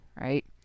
right